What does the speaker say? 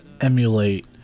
emulate